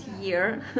year